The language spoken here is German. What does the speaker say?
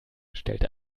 stellte